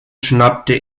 schnappte